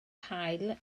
haul